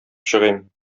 чыгыйм